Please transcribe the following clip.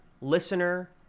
listener